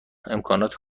امکانات